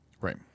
Right